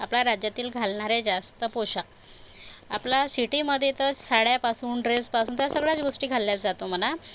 आपल्या राज्यातील घालणारे जास्त पोषाख आपल्या सिटीमध्ये तर साड्यापासून ड्रेसपासून तर सगळ्याच गोष्टी घातल्या जातो म्हणा